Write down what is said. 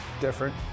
different